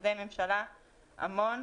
משרדי ממשלה רבים,